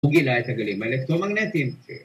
הוא גילה את הגלים האלקטרומגנטיים.